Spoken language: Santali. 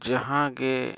ᱡᱟᱦᱟᱸ ᱜᱮ